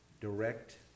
direct